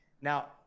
Now